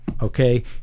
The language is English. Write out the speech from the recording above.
okay